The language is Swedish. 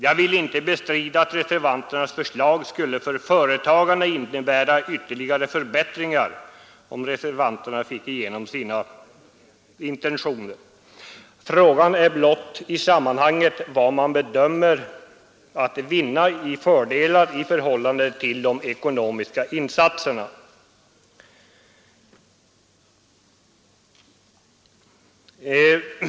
Jag vill inte bestrida att reservanternas förslag för företagarna skulle innebära ytterligare förbättringar. Frågan är blott vad man bedömer att vinna i fördelar i förhållande till de ekonomiska insatserna.